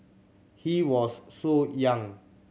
he was so young